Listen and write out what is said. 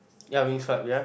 ya Winx club yeah